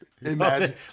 Imagine